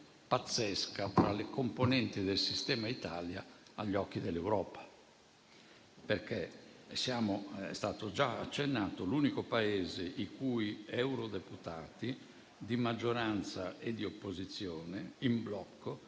pazzesca fra le componenti del sistema Italia agli occhi dell'Europa. Come è stato già accennato, siamo l'unico Paese i cui eurodeputati, di maggioranza e di opposizione, si siano